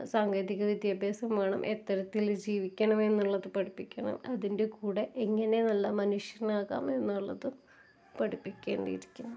സാങ്കേതിക വിദ്യാഭ്യാസം വേണം എത്തരത്തിൽ ജീവിക്കണം എന്നുള്ളത് പഠിപ്പിക്കണം അതിന്റെ കൂടെ എങ്ങനെ നല്ല മനുഷ്യനാകാം എന്നുള്ളത് പഠിപ്പിക്കേണ്ടിയിരിക്കുന്നു